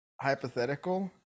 hypothetical